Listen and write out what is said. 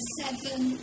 seven